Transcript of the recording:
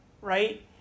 right